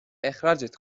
اخراجت